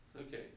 Okay